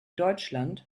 deutschland